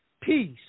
peace